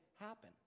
happen